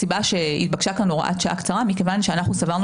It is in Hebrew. הסיבה שהתבקשה כאן הוראת שעה קצרה היא מכיוון שאנחנו סברנו